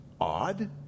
odd